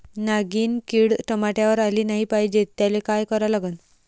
नागिन किड टमाट्यावर आली नाही पाहिजे त्याले काय करा लागन?